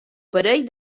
parell